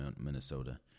Minnesota